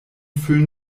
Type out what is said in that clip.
füllen